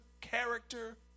character